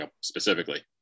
specifically